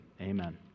Amen